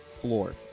floor